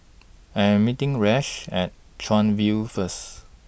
I Am meeting Rashaad At Chuan View First